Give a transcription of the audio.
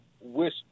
wish